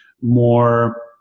more